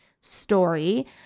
story